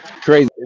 Crazy